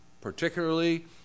particularly